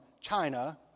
China